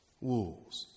wolves